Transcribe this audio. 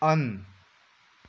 on